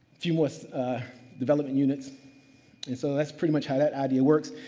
few more developing units. and so, that's pretty much how that idea works.